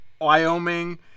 Wyoming